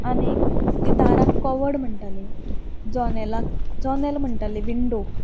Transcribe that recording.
आनीक ती दाराक कवड म्हणटाली जनेलाक जनेल म्हणटाली विंडोक